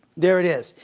there it is.